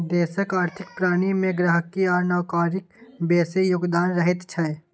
देशक आर्थिक प्रणाली मे गहिंकी आ नौकरियाक बेसी योगदान रहैत छै